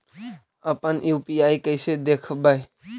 अपन यु.पी.आई कैसे देखबै?